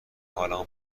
حالمو